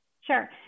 Sure